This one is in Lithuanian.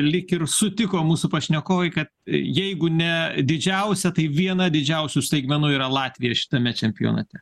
lyg ir sutiko mūsų pašnekovai kad jeigu ne didžiausia tai viena didžiausių staigmenų yra latvija šitame čempionate